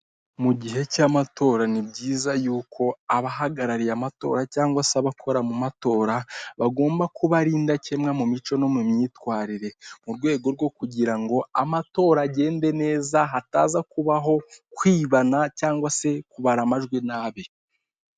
Mu gihe cy'amatora ni byiza yuko abahagarariye amatora cyangwa se abakora mu matora bagomba kuba ari indakemwa mu mico no mu myitwarire mu rwego rwo kugira ngo amatora agende neza hataza kubaho kwibana cyangwa se kubara amajwi nabi.